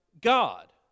God